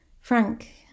frank